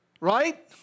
Right